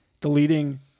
deleting